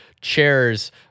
chairs